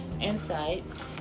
insights